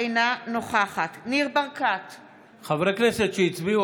אינה נוכחת חברי כנסת שהצביעו,